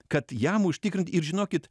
kad jam užtikrint ir žinokit